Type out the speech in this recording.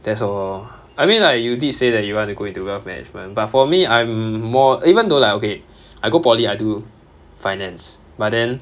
that's all I mean like you did say that you want to go into wealth management but for me I'm more even though like okay I go poly I do finance but then